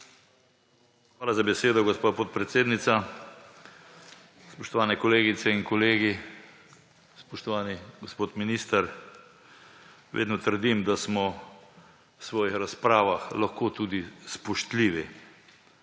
Hvala za besedo, gospa podpredsednica. Spoštovane kolegice in kolegi, spoštovani gospod minister! Vedno trdim, da smo v svojih razpravah lahko tudi spoštljivi.